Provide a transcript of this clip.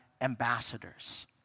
ambassadors